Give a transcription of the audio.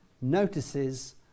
notices